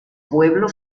pueblo